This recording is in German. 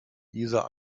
dieser